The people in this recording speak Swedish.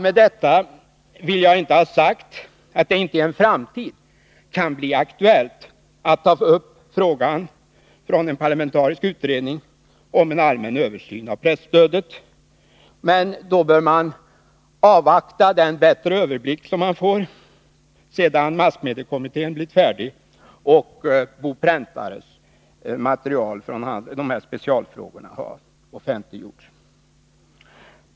Med detta vill jag dock inte ha sagt att det inte i en framtid kan bli aktuellt att i en parlamentarisk utredning ta upp frågan om en allmän översyn av presstödet. Men vi bör avvakta den bättre överblick som vi får efter det att massmediekommittén har blivit färdig och Bo Präntares material rörande dessa specialfrågor har offentliggjorts.